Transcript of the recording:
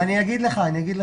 אז אני אגיד לך.